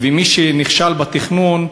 ומי שנכשל בתכנון,